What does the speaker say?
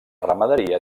ramaderia